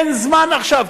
אין זמן עכשיו,